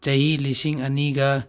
ꯆꯍꯤ ꯂꯤꯁꯤꯡ ꯑꯅꯤꯒ